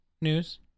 news